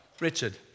Richard